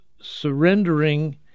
surrendering